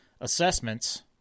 assessments